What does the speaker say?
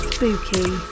Spooky